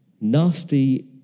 nasty